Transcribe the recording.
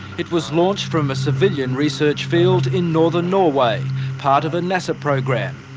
it was launched from a civilian research field in northern norway, part of a nasa program.